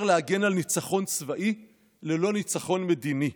להגן על ניצחון צבאי ללא ניצחון מדיני,